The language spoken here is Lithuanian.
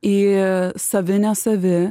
į savi nesavi